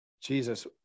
Jesus